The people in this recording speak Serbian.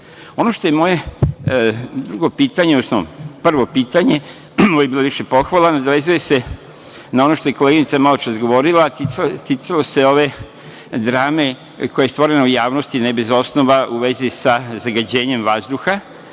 što je moje prvo pitanje, ovo je bila više pohvala, nadovezuje se na ono što je koleginica maločas govorila, a ticalo se ove drame koja je stvorena u javnosti, ne bez osnova, u vezi sa zagađenjem vazduha